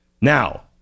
Now